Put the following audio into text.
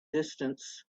distance